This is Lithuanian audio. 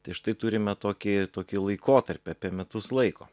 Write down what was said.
tai štai turime tokį tokį laikotarpį apie metus laiko